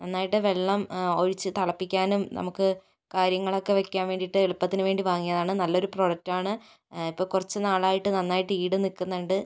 നന്നായിട്ട് വെള്ളം ഒഴിച്ച് തിളപ്പിക്കാനും നമുക്ക് കാര്യങ്ങളൊക്കെ വെക്കാൻ വേണ്ടിയിട്ട് എളുപ്പത്തിനു വേണ്ടി വാങ്ങിയതാണ് നല്ല ഒരു പ്രോഡക്റ്റാണ് ഇപ്പോൾ കുറച്ച് നാളായിട്ട് നന്നായിട്ട് ഈട് നിൽക്കുന്നുണ്ട്